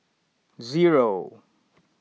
zero